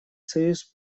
союз